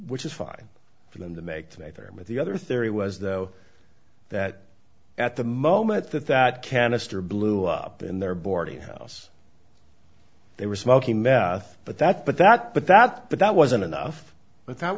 which is fine for them to make today fair but the other theory was though that at the moment that that canister blew up in their boarding house they were smoking meth but that but that but that but that wasn't enough but that